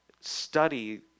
study